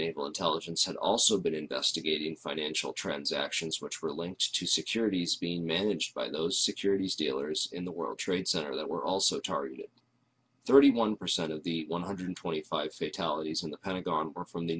naval intelligence had also been investigating financial transactions which were linked to securities being managed by those securities dealers in the world trade center that were also targeted thirty one percent of the one hundred twenty five fatalities in the pentagon or from the